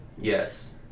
Yes